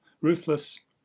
Ruthless